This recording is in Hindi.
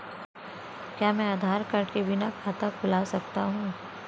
क्या मैं आधार कार्ड के बिना खाता खुला सकता हूं?